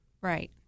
Right